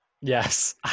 Yes